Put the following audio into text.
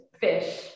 fish